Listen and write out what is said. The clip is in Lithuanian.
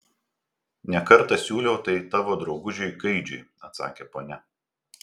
ne kartą siūliau tai tavo draugužiui gaidžiui atsakė ponia